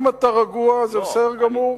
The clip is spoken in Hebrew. אם אתה רגוע, זה בסדר גמור.